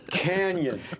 canyon